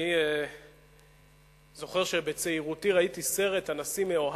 אני זוכר שבצעירותי ראיתי סרט, "הנשיא מאוהב",